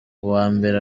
uwambere